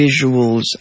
visuals